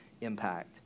impact